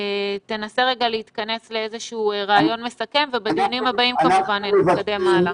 תנסה להתכנס לרעיון מסכם ובדיונים הבאים כמובן נתקדם הלאה.